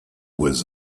was